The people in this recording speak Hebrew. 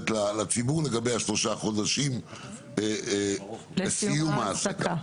לציבור לגבי שלושת החודשים לסיום ההעסקה.